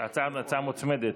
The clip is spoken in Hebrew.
הצעה מוצמדת.